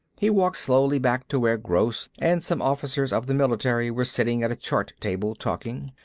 he walked slowly back to where gross and some officers of the military were sitting at a chart table, talking.